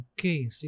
Okay